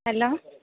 hello